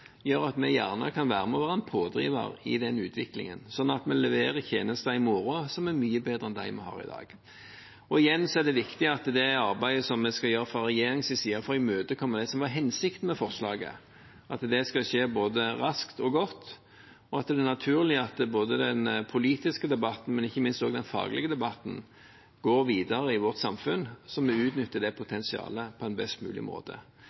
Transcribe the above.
gjør at vi gjerne kan være med og være en pådriver i den utviklingen, sånn at vi leverer tjenester i morgen som er mye bedre enn dem vi har i dag. Igjen er det arbeidet vi skal gjøre fra regjeringens side for å imøtekomme det som var hensikten med forslaget, viktig, at det skal skje både raskt og godt, og at det er naturlig at både den politiske debatten og ikke minst også den faglige debatten går videre i vårt samfunn, så vi utnytter det potensialet på en best mulig måte.